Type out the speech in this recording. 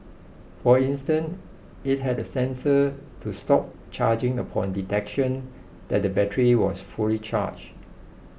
for instance it had a sensor to stop charging upon detection that the battery was fully charged